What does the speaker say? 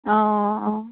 অঁ অঁ